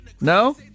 No